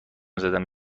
زدن